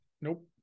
Nope